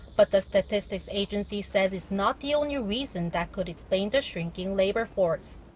but the statistics agency says it's not the only reason that could explain the shrinking labor force.